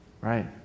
right